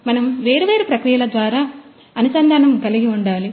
మనం వేర్వేరు ప్రక్రియల మధ్య అనుసంధానం కలిగి ఉండాలి